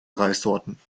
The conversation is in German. reissorten